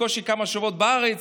בקושי כמה שבועות בארץ,